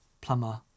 plumber